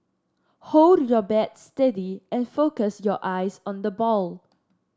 hold your bat steady and focus your eyes on the ball